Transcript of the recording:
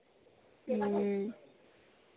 ह्म्म